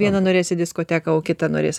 viena norės į diskoteka o kita norės